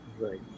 Right